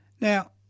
Now